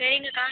சரிங்கக்கா